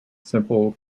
simple